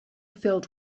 filled